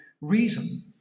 reason